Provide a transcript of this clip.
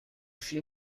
film